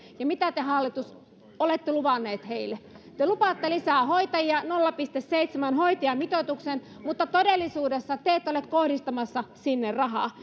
ja mitä te hallitus olette luvanneet heille te lupaatte lisää hoitajia nolla pilkku seitsemän hoitajamitoituksen mutta todellisuudessa te ette ole kohdistamassa sinne rahaa